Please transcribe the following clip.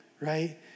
right